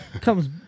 Comes